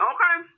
Okay